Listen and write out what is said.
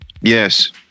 yes